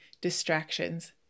distractions